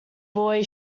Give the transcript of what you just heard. boy